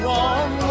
one